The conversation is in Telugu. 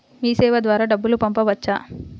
మీసేవ ద్వారా డబ్బు పంపవచ్చా?